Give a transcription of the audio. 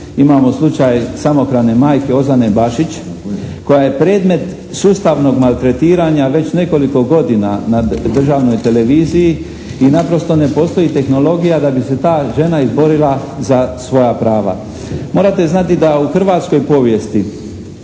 Imamo slučaj samohrane majke Ozane Bašić koja je predmet sustavnog maltretiranja već nekoliko godina na državnoj televiziji i naprosto ne postoji tehnologija da bi se ta žena izborila za svoja prava. Morate znati da u hrvatskoj povijesti